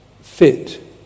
fit